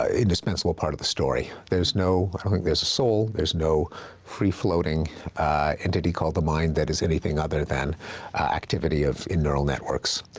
ah indispensable part of the story. there's no, i don't think there's a soul. there's no free-floating entity called the mind that is anything other than activity of in neural networks.